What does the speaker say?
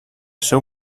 seu